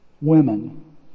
women